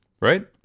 right